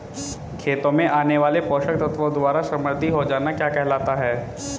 खेतों में आने वाले पोषक तत्वों द्वारा समृद्धि हो जाना क्या कहलाता है?